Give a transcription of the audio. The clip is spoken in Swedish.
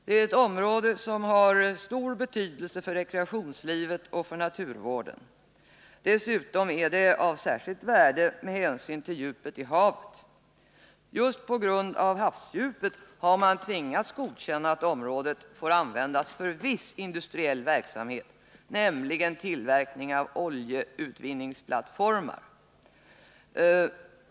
Det är ett område som har stor betydelse för rekreationslivet och naturvården. Dessutom är området av särskilt värde med hänsyn till djupet i havet. Just på grund av havsdjupet har man tvingats godkänna att området får användas för viss industriell verksamhet, nämligen tillverkning av oljeutvinningsplattformar.